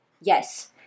yes